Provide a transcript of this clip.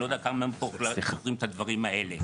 אני לא יודע כמה פה בכלל זוכרים את הדברים האלה.